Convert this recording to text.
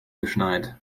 geschneit